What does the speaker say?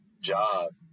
job